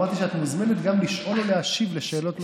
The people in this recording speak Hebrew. אמרתי שגם את מוזמנת לשאול ולהשיב על שאלות מהקהל.